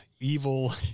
evil